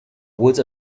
woods